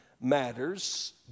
matters